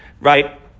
right